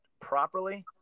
properly